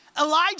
Elijah